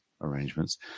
arrangements